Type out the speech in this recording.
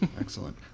Excellent